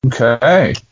Okay